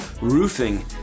roofing